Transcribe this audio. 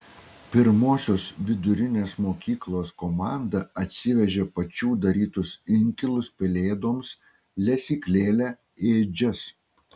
pirmosios vidurinės mokyklos komanda atsivežė pačių darytus inkilus pelėdoms lesyklėlę ėdžias